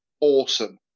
awesome